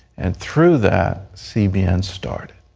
and through that cbn started.